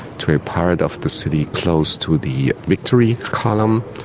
to a part of the city close to the victory column,